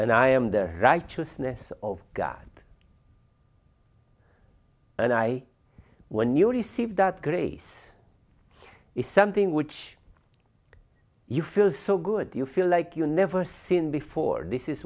and i am the righteousness of god and i when you receive that grace is something which you feel so good you feel like you never seen before this is